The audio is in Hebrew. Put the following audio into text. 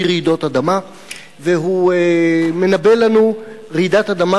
רעידות אדמה והוא מנבא לנו רעידת אדמה,